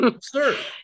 Sir